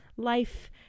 life